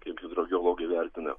kaip hidrogeologai vertina